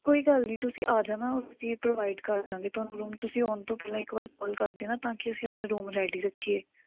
ਕੋਈ ਗੱਲ ਨਹੀਂ ਤੁਸੀਂ ਆ ਜਾਣਾ ਅਸੀਂ ਪ੍ਰੋਵਾਈਡ ਕਰ ਦਾਂਗੇ ਤੁਹਾਨੂੰ ਤੁਸੀਂ ਆਉਣ ਤੋਂ ਪਹਿਲਾਂ ਇੱਕ ਵਾਰ ਕੋਲ ਕਰ ਦੇਣਾ ਤਾਂ ਕਿ ਅਸੀਂ ਆਪਣੇ ਰੂਮ ਰੈਡੀ ਰੱਖੀਏ